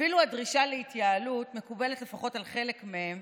אפילו הדרישה להתייעלות מקובלת לפחות על חלק מהם,